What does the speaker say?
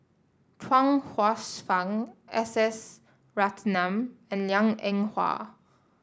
Chuang Hsueh Fang S S Ratnam and Liang Eng Hwa